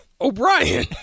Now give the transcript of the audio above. O'Brien